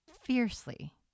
fiercely